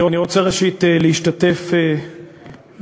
אני רוצה, ראשית, להשתתף בצער